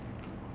okay